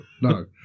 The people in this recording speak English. No